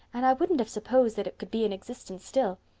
and i wouldn't have supposed that it could be in existence still.